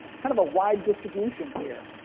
kind of a wide distribution here.